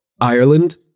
Ireland